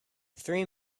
three